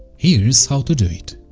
here's how to do it!